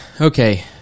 okay